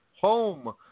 home